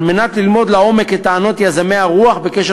על מנת ללמוד לעומק את טענות יזמי הרוח בקשר